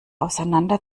auseinander